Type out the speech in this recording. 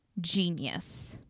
genius